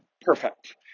perfect